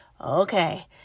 okay